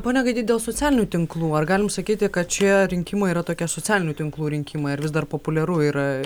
pone gaidy dėl socialinių tinklų ar galim sakyt kad šie rinkimai yra tokie socialinių tinklų rinkimai vis dar populiaru yra